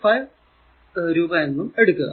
5 രൂപ എന്നും എടുക്കുക